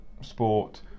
sport